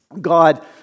God